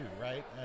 Right